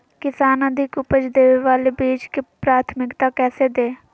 किसान अधिक उपज देवे वाले बीजों के प्राथमिकता कैसे दे?